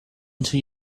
into